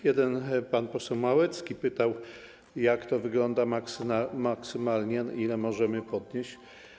Jeden pan poseł Małecki pytał, jak to wygląda maksymalnie, ile możemy podnieść.